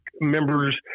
members